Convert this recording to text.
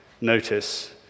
notice